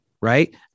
right